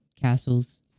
castles